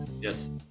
Yes